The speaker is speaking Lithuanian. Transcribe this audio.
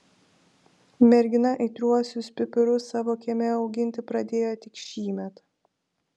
mergina aitriuosius pipirus savo kieme auginti pradėjo tik šįmet